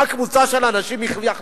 מה, קבוצה של אנשים יחליטו?